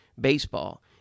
baseball